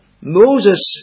Moses